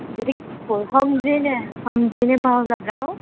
જરીક તો હમજીને હમજીને ભાવ લગાવો